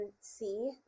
see